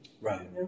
Right